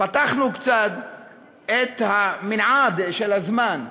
פתחנו קצת את המנעד של הזמן,